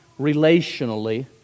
relationally